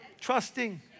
trusting